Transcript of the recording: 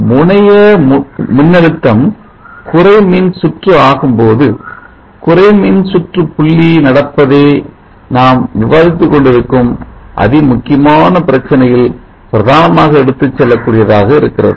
முனைய மின்னழுத்தம் குறைமின் சுற்று ஆகும்போது குறைமின்சுற்று புள்ளி நடப்பதே நாம் விவாதித்துக் கொண்டிருக்கும் அதிமுக்கியமான பிரச்சனையில் பிரதானமாக எடுத்துச் செல்லக் கூடியதாக இருக்கிறது